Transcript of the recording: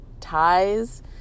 Ties